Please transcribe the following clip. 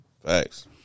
Thanks